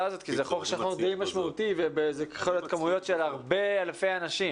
הזאת כי זה חוק די משמעותי ויכול לדבר באלפי אנשים.